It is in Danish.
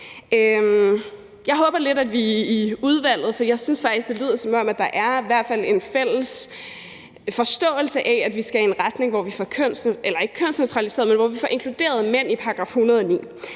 en løsning på finansieringen. Jeg synes faktisk, at det lyder, som om der i hvert fald er en fælles forståelse af, at vi skal i en retning, hvor vi får inkluderet mænd i § 109.